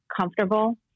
comfortable